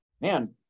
man